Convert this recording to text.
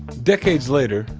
decades later,